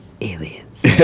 aliens